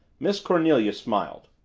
miss cornelia smiled.